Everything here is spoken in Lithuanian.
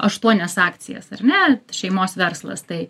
aštuonias akcijas ar ne šeimos verslas tai